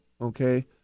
Okay